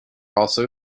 also